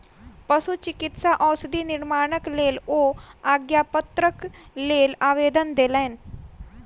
पशुचिकित्सा औषधि निर्माणक लेल ओ आज्ञापत्रक लेल आवेदन देलैन